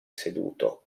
seduto